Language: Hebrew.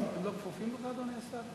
הם לא כפופים לך, אדוני השר?